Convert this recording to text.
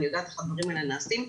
ואני יודעת איך הדברים האלה נעשים.